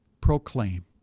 proclaim